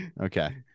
Okay